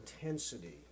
intensity